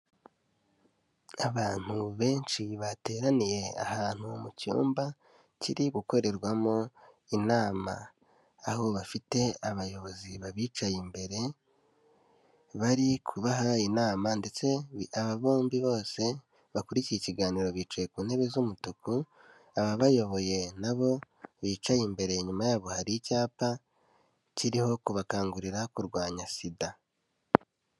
Abantu benshi bateraniye ahantu mu cyumba kiri gukorerwamo inama. Aho bafite abayobozi babicaye imbere, bari kubaha inama ndetse aba bombi bose bakurikikira ikiganiro bicaye ku ntebe z'umutuku, ababayoboye nabo bicaye imbere inyuma yabo hari icyapa kiriho kubakangurira kurwanya SIDA.